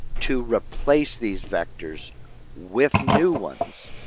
to replace these vectors with new ones.